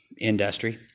industry